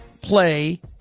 play